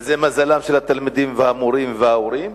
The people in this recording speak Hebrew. וזה מזלם של התלמידים והמורים וההורים,